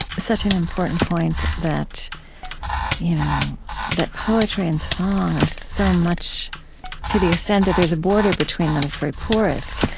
such an important point that you know that poetry and song are so much to the extent that there's a border between them, it's very porous.